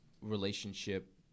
relationship